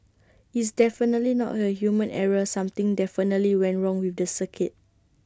it's definitely not A human error something definitely went wrong with the circuit